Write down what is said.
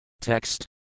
Text